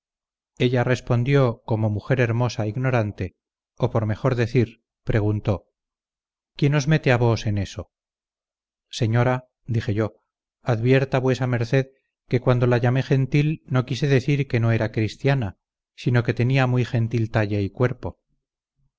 ella respondió como mujer hermosa ignorante o por mejor decir preguntó quién os mete a vos en eso señora dije yo advierta vuesa merced que cuando la llamé gentil no quise decir que no era cristiana sino que tenía muy gentil talle y cuerpo